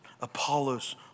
Apollos